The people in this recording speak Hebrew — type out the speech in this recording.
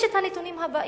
יש הנתונים הבאים: